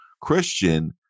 Christian